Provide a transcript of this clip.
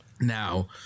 Now